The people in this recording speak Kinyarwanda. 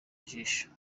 ijisho